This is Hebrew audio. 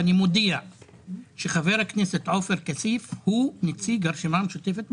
ואני מודיע שחבר הכנסת עופר כסיף הוא נציג הרשימה המשותפת בוועדה.